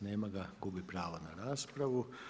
Nema ga, gubi pravo na raspravu.